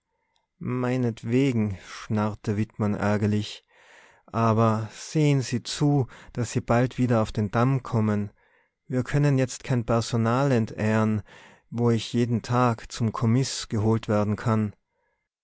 meinetwegen schnarrte wittmann ärgerlich aber sehen sie zu daß sie bald wieder auf den damm kommen wir können jetzt kein personal entbehren wo ich jeden tag zum kommiß geholt werden kann